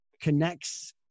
connects